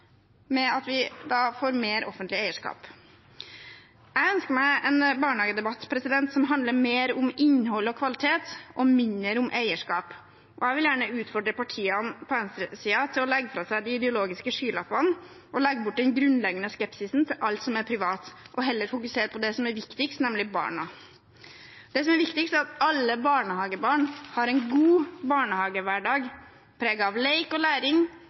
får mer offentlig eierskap. Jeg ønsker meg en barnehagedebatt som handler mer om innhold og kvalitet og mindre om eierskap, og jeg vil gjerne utfordre partiene på venstresiden til å legge fra seg de ideologiske skylappene og legge bort den grunnleggende skepsisen til alt som er privat, og heller fokusere på det som er viktigst, nemlig barna. Det som er viktigst, er at alle barnehagebarn har en god barnehagehverdag, preget av lek og læring,